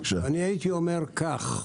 אני הייתי אומר כך: